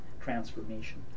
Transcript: transformation